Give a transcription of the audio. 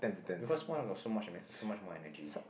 because small dogs got so much so much more energy